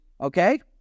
okay